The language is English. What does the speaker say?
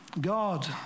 God